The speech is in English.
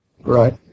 Right